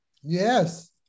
Yes